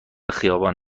خیابان